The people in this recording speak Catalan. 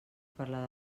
parlar